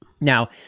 Now